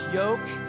yoke